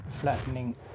flattening